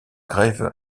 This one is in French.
grève